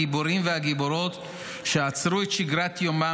הגיבורים והגיבורות שעצרו את שגרת יומם